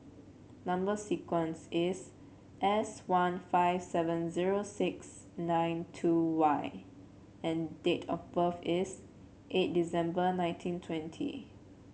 number sequence is S one five seven zero six nine two Y and date of birth is eight December nineteen twenty